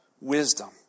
wisdom